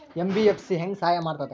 MBFC ಹೆಂಗ್ ಸಹಾಯ ಮಾಡ್ತದ?